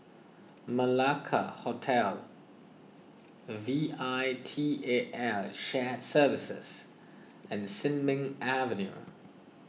Malacca Hotel V I T A L Shared Services and Sin Ming Avenue